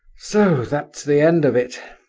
so that's the end of it!